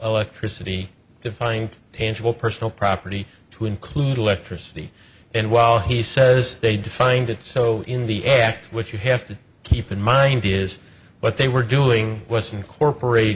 electricity defined tangible personal property to include electricity and while he says they defined it so in the act which you have to keep in mind is what they were doing was incorporati